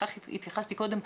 לכך התייחסתי קודם,